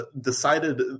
decided